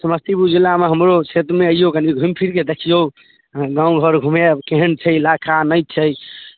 समस्तीपुर जिलामे हमरो क्षेत्रमे अइऔ कनि घुमि फिरिके देखिऔ गामघर घुमाएब केहन छै इलाका नहि छै